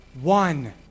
One